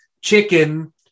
chicken